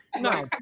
No